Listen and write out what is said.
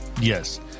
Yes